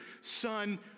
son